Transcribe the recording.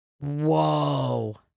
Whoa